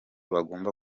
bagomba